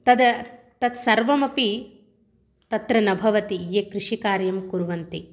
तत् तत्सर्वमपि तत्र न भवति ये कृषिकार्यं कुर्वन्ति